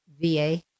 VA